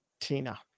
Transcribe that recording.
Tina